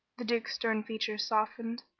the duke's stern features softened.